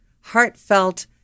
heartfelt